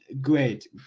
great